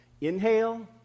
Inhale